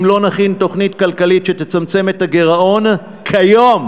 אם לא נכין תוכנית כלכלית שתצמצם את הגירעון כיום,